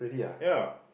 ya